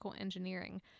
engineering